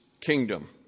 kingdom